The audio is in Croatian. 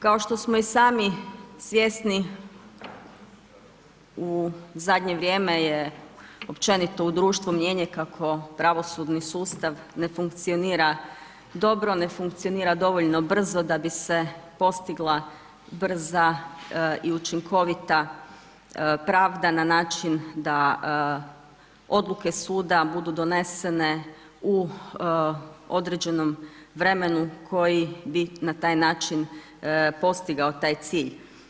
Kao što smo i sami svjesni, u zadnje vrijeme je općenito u društvu mijenje kako pravosudni sustav ne funkcionira dobro, ne funkcionira dovoljno brza, da bi se postigla brza i učinkovita pravda, na način da odluke suda budu donesene u određenom vremenu, koji bi na taj način postigao taj cilj.